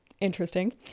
interesting